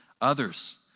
others